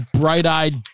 bright-eyed